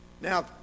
Now